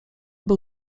był